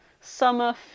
Summer